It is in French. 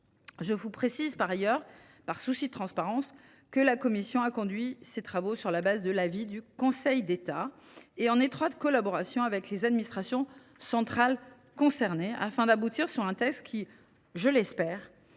ailleurs, par souci de transparence, que la commission a conduit ses travaux sur la base de l’avis du Conseil d’État et en étroite collaboration avec les administrations centrales concernées, afin d’aboutir à un texte qui, je l’espère,